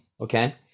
Okay